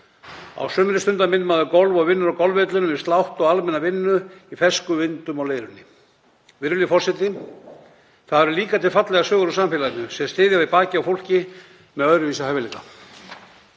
Á sumrin stundar minn maður golf og vinnur á golfvellinum við slátt og almenna vinnu í ferskum vindum á Leirunni. Virðulegi forseti. Það eru líka til fallegar sögur úr samfélaginu sem styður við bakið á fólki með öðruvísi hæfileika.